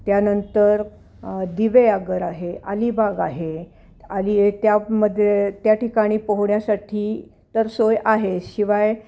त्यानंतर दिवेआगर आहे अलिबाग आहे अली त्यामध्ये त्या ठिकाणी पोहण्यासाठी तर सोय आहे शिवाय